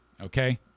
Okay